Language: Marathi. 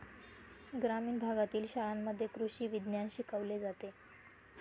ग्रामीण भागातील शाळांमध्ये कृषी विज्ञान शिकवले जाते